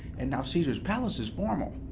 and caesar's palace is formal,